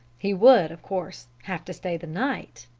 he would, of course, have to stay the night.